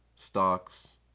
stocks